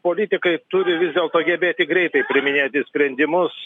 politikai turi vis dėlto gebėti greitai priiminėti sprendimus